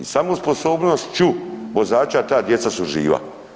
Samo sposobnošću vozača ta djeca su živa.